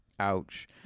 Ouch